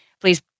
please